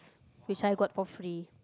which I got for free